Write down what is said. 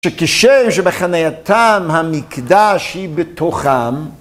שכשם שבחנייתם המקדש היא בתוכם